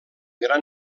gran